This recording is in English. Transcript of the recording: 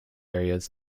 areas